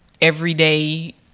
everyday